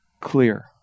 clear